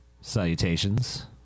salutations